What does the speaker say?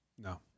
No